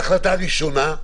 ההחלטה הראשונה,